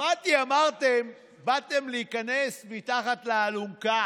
שמעתי, אמרתם שבאתם להיכנס מתחת לאלונקה.